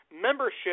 membership